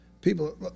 people